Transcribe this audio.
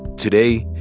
today,